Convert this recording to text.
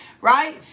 right